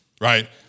right